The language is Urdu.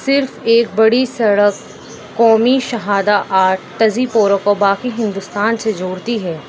صرف ایک بڑی سڑک قومی شہادہ آٹھ تزیپورو کو باقی ہندوستان سے جوڑتی ہے